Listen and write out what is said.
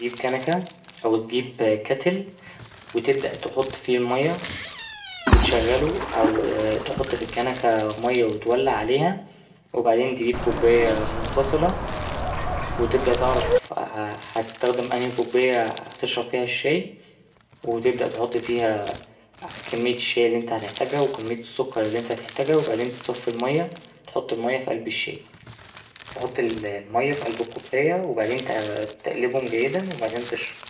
تجيب كنكه أو تجيب كاتيل وتبدأ تحط فيه المايه وتشغله أو تحط في الكنكه مايه وتولع عليها وبعدين تجيب كوباية منفصله وتبدأ تعرف هتستخدم أنهي كوباية هتشرب فيها الشاي وتبدأ تحط فيها كمية الشاي اللي أنت هتحتاجها وكمية السكر اللي أنت هتحتاجها وبعدين تصفي المايه تحط المايه في قلب الشاي تحط المايه في قلب الكوباية وبعدين ت ـ تقلبهم جيدا وبعدين تشرب.